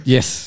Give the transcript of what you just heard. Yes